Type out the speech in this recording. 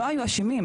לא היו אשמים.